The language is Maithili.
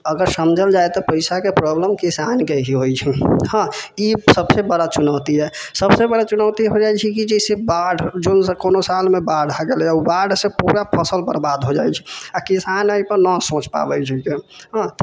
अगर समझल जाए तऽ पैसा के प्रॉब्लम किसान के ही होइ छै हँ ई सबसे बड़ा चुनौती है सबसे बड़ा चुनौती हो जाइ छै की जइसे बाढ़ जोन कोनो साल मे बाढ़ आ गेलै ऊ बाढ़ से पूरा फसल बर्बाद हो जाइ छै आ किसान अइपऽ न सोच पाबै छै हँ